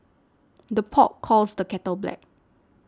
the pot calls the kettle black